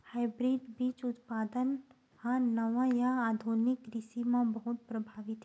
hybrid बीज उत्पादन हा नवा या आधुनिक कृषि मा बहुत प्रभावी हे